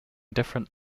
different